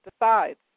decides